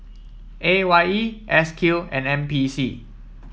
A Y E S Q and N P C